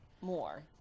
more